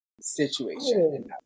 situation